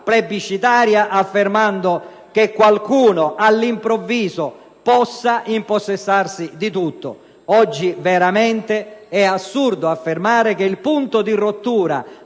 plebiscitaria affermando che qualcuno, all'improvviso, possa impossessarsi di tutto. Oggi è veramente assurdo affermare che il punto di rottura